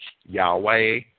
Yahweh